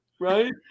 right